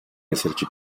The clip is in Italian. esserci